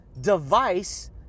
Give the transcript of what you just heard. device